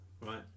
right